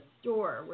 store